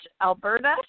Alberta